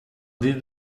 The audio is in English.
did